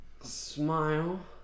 smile